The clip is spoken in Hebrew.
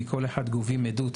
מכל אחד גובים עדות,